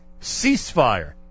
ceasefire